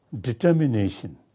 determination